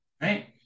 right